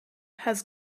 has